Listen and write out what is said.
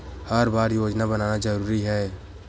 हर बार योजना बनाना जरूरी है?